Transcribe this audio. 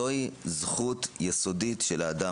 זוהי זכות יסודית של האדם,